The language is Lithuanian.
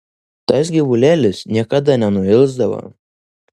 tas gyvulėlis niekada nenuilsdavo